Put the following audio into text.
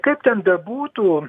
kaip ten bebūtų